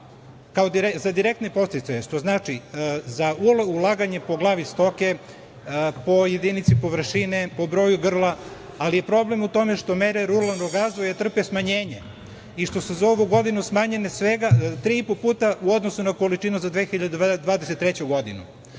za direktne podsticaje, što znači za ulaganje po glavi stoke, po jedinici površine, po broju grla, ali problem je u tome što mere za ruralni razvoj trpe smanjenje i što su za ovu godinu smanjene tri i po puta u odnosu na količinu za 2023. godinu.